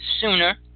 sooner